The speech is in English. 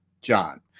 John